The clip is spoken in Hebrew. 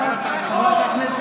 אנחנו עוברים להצעה הבאה על סדר-היום,